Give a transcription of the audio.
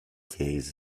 case